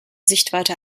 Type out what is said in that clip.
sichtweite